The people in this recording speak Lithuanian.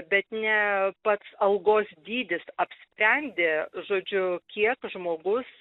bet ne pats algos dydis apsprendė žodžiu kiek žmogus